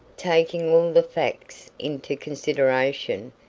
taking all the facts into consideration,